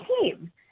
team